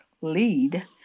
lead